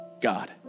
God